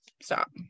stop